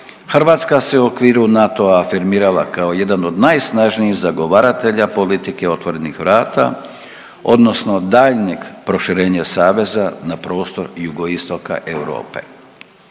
Hrvatska se u okviru NATO-a afirmirala kao jedan od najsnažnijih zagovaratelja politike otvorenih vrata odnosno daljnjeg proširenja saveza na prostor jugoistoka Europe.